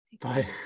bye